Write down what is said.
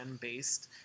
based